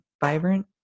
vibrant